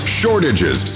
shortages